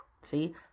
See